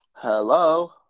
Hello